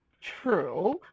true